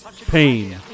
pain